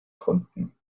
konnten